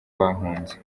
bahunze